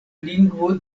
lingvo